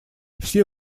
все